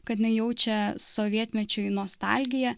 kad jinai jaučia sovietmečiui nostalgiją